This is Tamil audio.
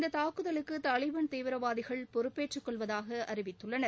இந்த தாக்குதலுக்கு தாலிபான் தீவிரவாதிகள் பொறுப்பேற்றுக்கொள்வதாக அறிவித்துள்ளனர்